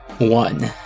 One